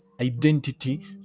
identity